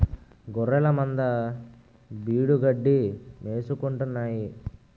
గొఱ్ఱెలమంద బీడుగడ్డి మేసుకుంటాన్నాయి